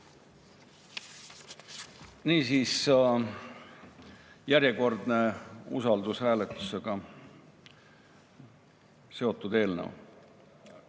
Niisiis, järjekordne usaldushääletusega seotud eelnõu: